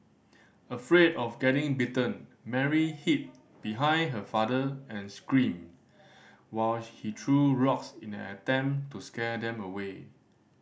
afraid of getting bitten Mary hid behind her father and screamed while he threw rocks in an attempt to scare them away